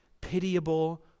pitiable